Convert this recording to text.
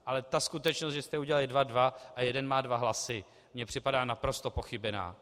Ale skutečnost, že jste udělali dva plus dva a jeden má dva hlasy, mně připadá naprosto pochybená.